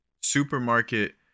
supermarket